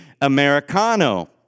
Americano